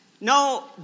No